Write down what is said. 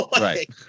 Right